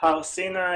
הר סיני